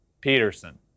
Peterson